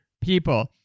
people